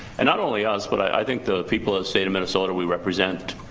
and not only us but i think the people of state of minnesota we represent,